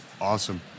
Awesome